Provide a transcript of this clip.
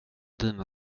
dina